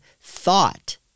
thought